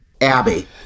Abby